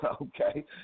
Okay